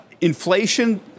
inflation